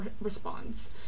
responds